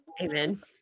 amen